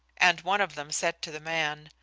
and one of them said to the man,